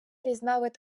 різновид